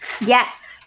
Yes